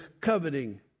coveting